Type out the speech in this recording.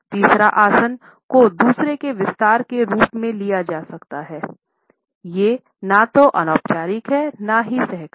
तीसरे आसन को दूसरे के विस्तार के रूप में लिया जा सकता है यह न तो अनौपचारिक है न ही सहकारी